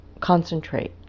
concentrate